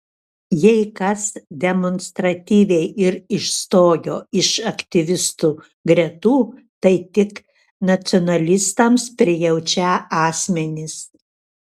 jei kas demonstratyviai ir išstojo iš aktyvistų gretų tai tik nacionalistams prijaučią asmenys